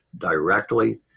directly